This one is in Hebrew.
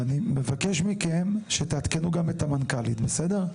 ואני מבקש מכם שתעדכנו גם את המנכ"לית, בסדר?